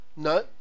No